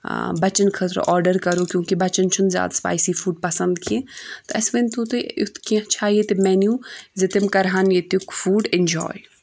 ٲں بَچیٚن خٲطرٕ آرڈَر کَرو کیٛوںکہِ بَچیٚن چھُنہٕ زیادٕ سٕپایسی فوڈ پَسنٛد کیٚنٛہہ تہٕ اسہِ ؤنۍ تو تُہۍ یُتھ کیٚنٛہہ چھا ییٚتہِ میٚنیٛو زِ تِم کَرِ ہان ییٚتیٛک فوٗڈ ایٚنجوٛاے